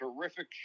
terrific